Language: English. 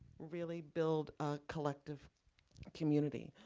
really build a collective community,